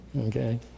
Okay